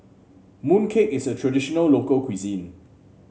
mooncake is a traditional local cuisine